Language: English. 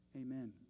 Amen